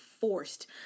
forced